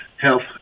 health